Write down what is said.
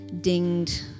dinged